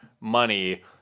money